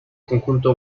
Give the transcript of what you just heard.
conjunto